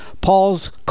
Paul's